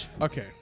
Okay